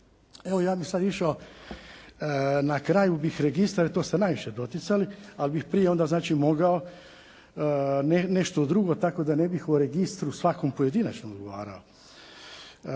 Evo, ja bih sad išao, na kraju bih registar i to ste najviše doticali, ali bih prije onda znači mogao nešto drugo tako da ne bi o registru svakom pojedinačno odgovarao.